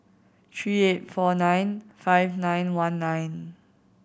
three eight four nine five nine one nine